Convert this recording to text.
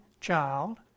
child